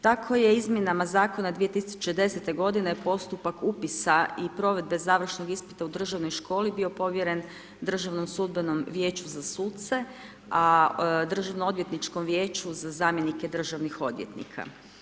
Tako je izmjenama zakona 2010. godine postupak upisa i provedbe završnog ispita u Državnoj školi bio povjeren Državnom sudbenom vijeću za suce, a Državno-odvjetničkom vijeću za zamjenike državnih odvjetnika.